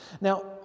Now